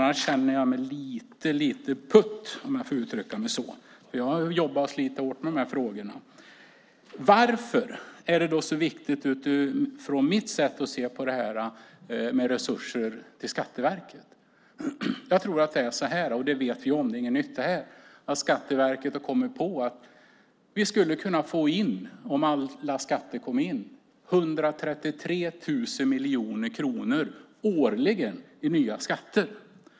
Annars känner jag mig lite putt, om jag får uttrycka mig så. Jag har nämligen jobbat och slitit hårt med dessa frågor. Varför är det då, enligt mitt sätt att se det, så viktigt med resurser till Skatteverket? Jag tror - och det vet vi om, det är inget nytt - att Skatteverket har kommit på att vi om alla skatter kom in skulle få in 133 000 miljoner kronor årligen i nya skatter.